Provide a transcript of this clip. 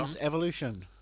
Evolution